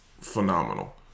phenomenal